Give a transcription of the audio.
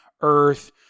earth